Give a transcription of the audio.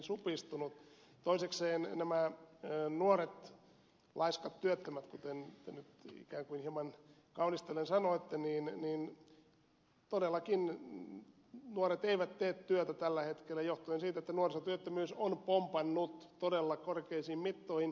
toisekseen nämä nuoret laiskat työttömät kuten te nyt ikään kuin hieman kaunistellen sanoitte todellakin nuoret eivät tee työtä tällä hetkellä johtuen siitä että nuorisotyöttömyys on pompannut todella korkeisiin mittoihin